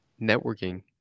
networking